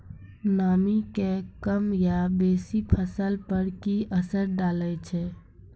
नामी के कम या बेसी फसल पर की असर डाले छै?